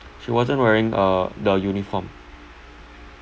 she wasn't wearing uh the uniform